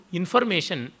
information